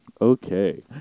Okay